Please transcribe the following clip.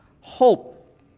hope